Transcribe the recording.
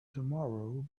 tomorrow